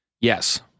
Yes